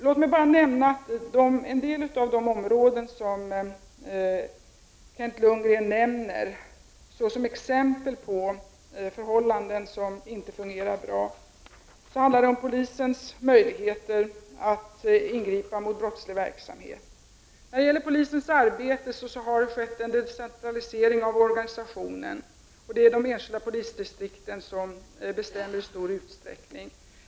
Låt mig bara nämna en del av de områden som Kent Lundgren tog upp som exempel på förhållanden som inte fungerar bra. Det handlar om polisens möjligheter att ingripa mot brottslig verksamhet. I fråga om polisens arbete har det skett en del decentralisering av organisationen. Numera beslutar de enskilda polisdistrikten i större utsträckning.